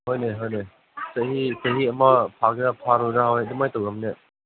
ꯍꯣꯏꯅꯦ ꯍꯣꯏꯅꯦ ꯆꯍꯤ ꯆꯍꯤ ꯑꯃ ꯐꯥꯒꯒꯦꯔ ꯐꯥꯔꯣꯏꯔ ꯊꯣꯏ ꯑꯗꯨꯃꯥꯏ ꯇꯧꯔꯝꯅꯤ